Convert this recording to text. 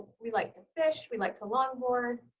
we, like to fish, we like to longboard.